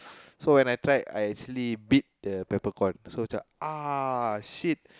so when I tried I actually bit the peppercorn then I was like ah shit